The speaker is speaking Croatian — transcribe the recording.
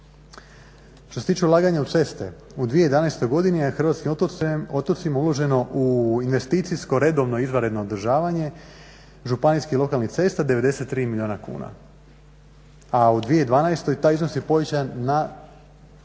Što se tiče ulaganja u ceste, u 2011. godini je na hrvatskim otocima uloženo u investicijsko redovno izvanredno održavanje županijskih lokalnih cesta 93 milijuna kuna, a u 2012. taj iznos je povećan na